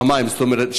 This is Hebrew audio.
זאת אומרת,